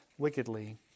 wickedly